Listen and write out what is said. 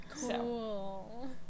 Cool